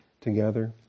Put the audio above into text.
together